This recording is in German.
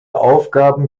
aufgaben